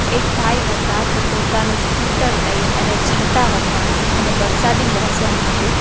એક ભાઈ હતા તે પોતાનું સ્કૂટર લઈ અને જતા હતા અને વરસાદી મોસમ હતું